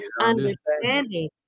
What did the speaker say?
understanding